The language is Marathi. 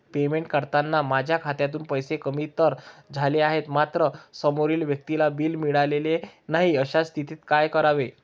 पेमेंट करताना माझ्या खात्यातून पैसे कमी तर झाले आहेत मात्र समोरील व्यक्तीला बिल मिळालेले नाही, अशा स्थितीत काय करावे?